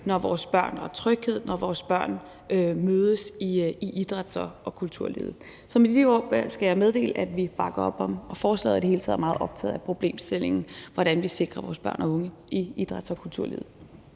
den samme sikring og tryghed, når vores børn mødes i idræts- og kulturlivet. Så med de ord skal jeg meddele, at vi bakker op om forslaget og i det hele taget er meget optaget af problemstillingen, i forhold til hvordan vi sikrer vores børn og unge i idræts- og kulturliv.